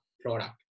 product